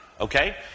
Okay